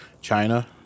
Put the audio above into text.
China